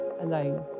alone